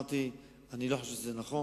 אמרתי, אני לא חושב שזה נכון,